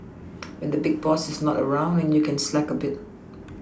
when the big boss is not around and you can slack a bit